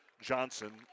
Johnson